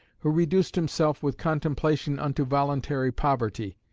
who reduced himself with contemplation unto voluntary poverty,